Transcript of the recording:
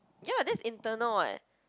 ya that's internal [what]